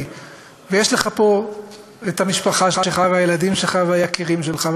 ויש לך פה את המשפחה שלך והילדים שלך והיקירים שלך,